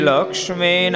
Lakshmi